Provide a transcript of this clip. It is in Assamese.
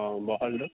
অঁ বহলটো